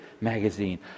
magazine